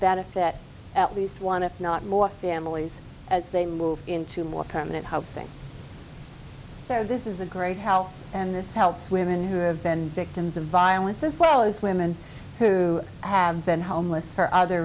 benefit at least one if not more families as they move into more permanent housing so this is a great how and this helps women who have been victims of violence as well as women who have been homeless for other